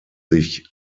sich